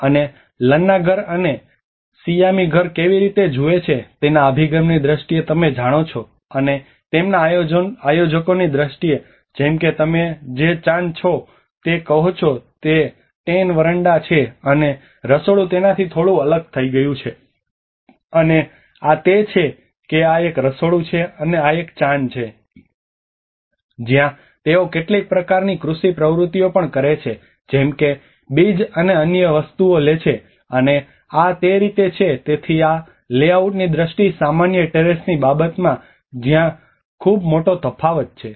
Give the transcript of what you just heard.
અને લન્ના ઘર અને સિયામી ઘર કેવી રીતે જુએ છે તેના અભિગમની દ્રષ્ટિએ તમે જાણો છો અને તેમના આયોજકોની દ્રષ્ટિએ જેમ કે તમે જે ચાન છો તે કહે છે કે તે ટેન વરંડા છે અને રસોડું તેનાથી થોડું અલગ થઈ ગયું છે અને આ તે છે કે આ એક રસોડું છે અને આ એક ચાન છે જ્યાં તેઓ કેટલીક પ્રકારની કૃષિ પ્રવૃત્તિઓ પણ કરે છે જેમ કે બીજ અને અન્ય વસ્તુઓ લે છે અને આ તે રીતે છે તેથી આ લેઆઉટની દ્રષ્ટિ સામાન્ય ટેરેસની બાબતમાં ત્યાં ખૂબ જ થોડો તફાવત છે